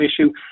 issue